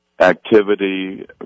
activity